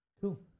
cool